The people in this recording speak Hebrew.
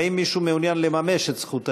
האם מישהו מעוניין לממש את זכות הדיבור?